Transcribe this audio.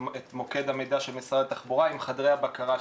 במיוחד אני גם מצאתי בזה הזדמנות לבוא ולברך אותך בתפקיד בתוך הוועדה,